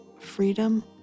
freedom